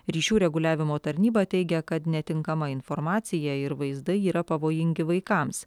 ryšių reguliavimo tarnyba teigia kad netinkama informacija ir vaizdai yra pavojingi vaikams